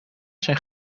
zijn